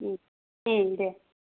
दे